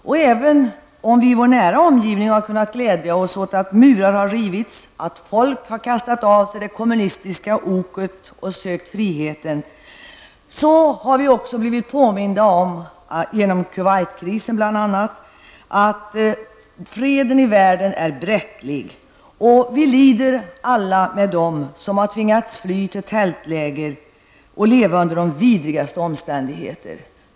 Och även om vi i vår nära omgivning har kunnat glädja oss åt att murar har rivits, att folk har kastat av sig det kommunistiska oket och sökt friheten, så har vi, bl.a. genom Kuwaitkrisen, blivit påminda om att freden i världen är bräcklig. Vi lider alla med dem som har tvingats fly till tältläger och leva under de vidrigaste omständigheter.